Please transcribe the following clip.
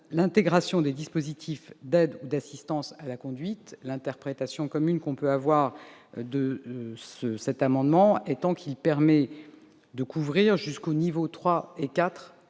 l'intégration des dispositifs d'aide ou d'assistance à la conduite, l'interprétation que l'on peut en avoir étant qu'il permet de couvrir jusqu'aux niveaux 3 et 4